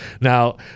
Now